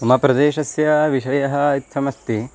मम प्रदेशस्य विषयः इत्थमस्ति